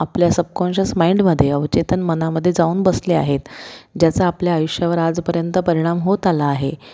आपल्या सबकाँशस माइंडमध्ये अवचेतन मनामध्ये जाऊन बसले आहेत ज्याचा आपल्या आयुष्यावर आजपर्यंत परिणाम होत आला आहे